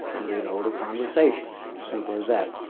and we'd hold a conversation as simple as that